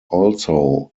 also